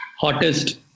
hottest